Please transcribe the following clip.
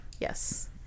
yes